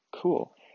cool